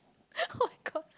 oh-my-god